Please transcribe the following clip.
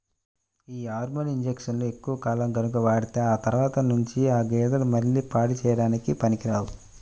యీ హార్మోన్ ఇంజక్షన్లు ఎక్కువ కాలం గనక వాడితే ఆ తర్వాత నుంచి ఆ గేదెలు మళ్ళీ పాడి చేయడానికి పనికిరావు